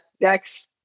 next